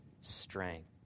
strength